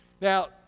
Now